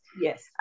Yes